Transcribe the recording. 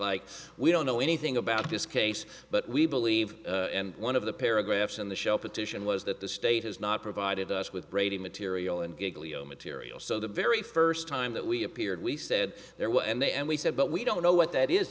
like we don't know anything about this case but we believe one of the paragraphs in the show petition was that the state has not provided us with brady material and giggly zero material so the very first time that we appeared we said there were and they and we said but we don't know what that is